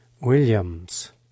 Williams